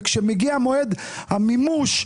אך כשמגיע מועד המימוש,